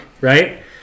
right